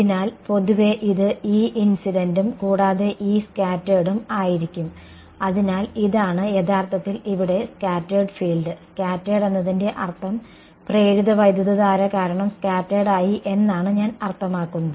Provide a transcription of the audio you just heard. അതിനാൽ പൊതുവേ ഇത് E ഇൻസിഡന്റും കൂടാതെ E സ്കാറ്റേർഡും ആയിരിക്കും അതിനാൽ ഇതാണ് യഥാർത്ഥത്തിൽ ഇവിടെ സ്കാറ്റേർഡ് ഫീൽഡ് സ്കാറ്റേർഡ് എന്നതിൻറെ അർത്ഥം പ്രേരിത വൈദ്യുതധാര കാരണം സ്കാറ്റേർഡ് ആയി എന്നാണ് ഞാൻ അർത്ഥമാക്കുന്നത്